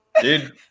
Dude